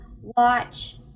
watch